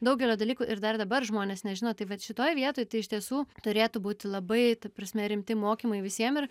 daugelio dalykų ir dar dabar žmonės nežino tai vat šitoj vietoj tai iš tiesų turėtų būti labai ta prasme rimti mokymai visiem ir